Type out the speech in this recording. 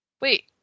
wait